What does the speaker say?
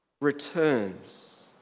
returns